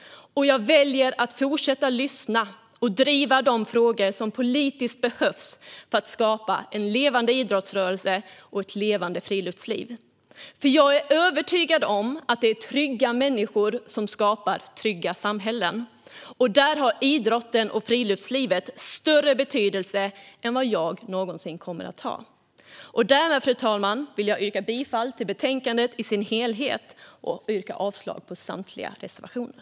Jag väljer också att fortsätta lyssna och driva de frågor som politiskt behöver drivas för att vi ska kunna skapa en levande idrottsrörelse och ett levande friluftsliv. Jag är nämligen övertygad om att det är trygga människor som skapar trygga samhällen, och där har idrotten och friluftslivet större betydelse än vad jag någonsin kommer att ha. Därmed, fru talman, yrkar jag bifall till förslaget i sin helhet och avslag på samtliga reservationer.